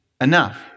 enough